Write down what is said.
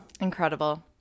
Incredible